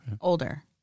Older